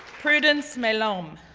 prudence melom,